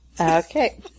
Okay